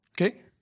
Okay